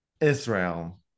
Israel